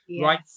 Right